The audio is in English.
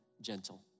gentle